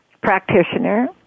practitioner